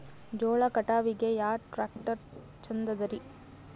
ಜೋಳ ಕಟಾವಿಗಿ ಯಾ ಟ್ಯ್ರಾಕ್ಟರ ಛಂದದರಿ?